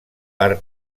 per